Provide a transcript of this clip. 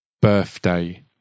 birthday